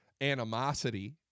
animosity